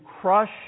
crush